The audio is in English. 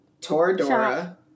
Toradora